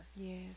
Yes